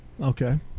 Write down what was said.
okay